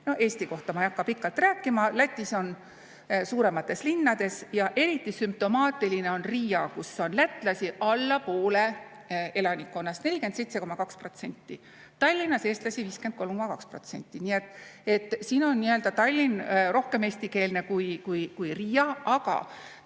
Eesti kohta ma ei hakka pikalt rääkima, Lätis on see suuremates linnades. Eriti sümptomaatiline on Riia, kus on lätlasi alla poole elanikkonnast, 47,2%, Tallinnas on eestlasi 53,2%. Nii et siin on Tallinn rohkem eestikeelne kui Riia